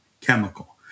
chemical